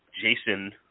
Jason